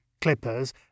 clippers